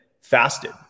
fasted